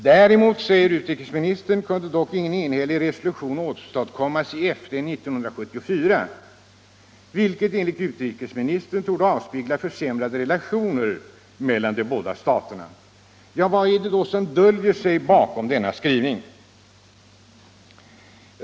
Däremot, säger utrikesministern, kunde ingen enhällig resolution åstadkommas i FN 1974, vilket enligt honom torde avspegla försämrade relationer mellan de båda staterna. Vad är det då som döljer sig bakom denna skrivning?